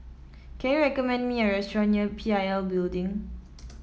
can you recommend me a restaurant near P I L Building